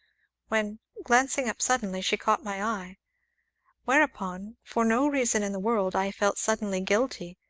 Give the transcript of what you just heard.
when, glancing up suddenly, she caught my eye whereupon, for no reason in the world, i felt suddenly guilty,